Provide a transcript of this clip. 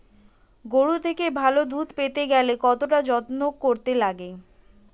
গরুর থেকে ভালো দুধ পেতে কতটা যত্ন করতে লাগে